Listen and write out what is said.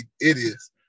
idiots